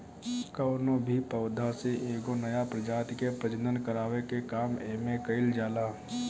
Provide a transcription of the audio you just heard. कवनो भी पौधा से एगो नया प्रजाति के प्रजनन करावे के काम एमे कईल जाला